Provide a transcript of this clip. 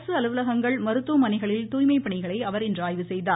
அரசு அலுலவகங்கள் மருத்துவமனைகளில் தூய்மைப் பணிகளை அவர் ஆய்வு செய்தார்